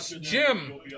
Jim